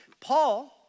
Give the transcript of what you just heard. Paul